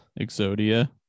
Exodia